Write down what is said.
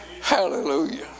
hallelujah